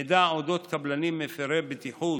מידע על אודות קבלנים מפירי בטיחות